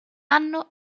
anno